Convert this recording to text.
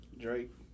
Drake